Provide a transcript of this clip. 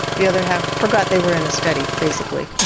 the other half forgot they were in a study basically.